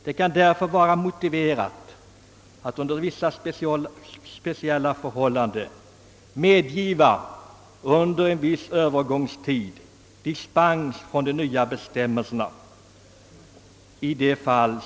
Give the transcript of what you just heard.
Det kan därför i de speciella fall som åberopas i reservationen vara motiverat att under en viss övergångstid medge dispens från de nya bestämmelserna.